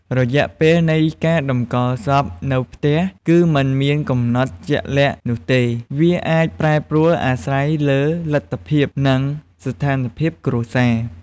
រយៈពេលនៃការតម្កល់សពនៅផ្ទះ គឺមិនមានកំណត់ជាក់លាក់នោះទេ វាអាចប្រែប្រួលអាស្រ័យលើលទ្ធភាព និងស្ថានភាពគ្រួសារ។